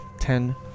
ten